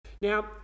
Now